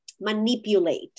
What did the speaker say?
manipulate